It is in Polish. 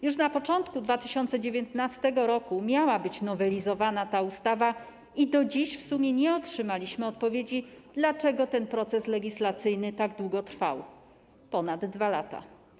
Już na początku 2019 r. miała być nowelizowana ta ustawa i do dziś w sumie nie otrzymaliśmy odpowiedzi, dlaczego ten proces legislacyjny tak długo trwał - ponad 2 lata.